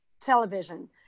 television